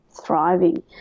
thriving